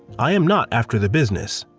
i am not after the business.